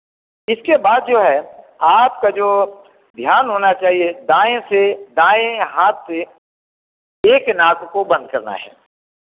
इसके बाद जो है आपका जो ध्यान होना चाहिए दाएँ से दाएँ हाथ से एक नाक को बंद करना है